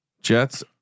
jets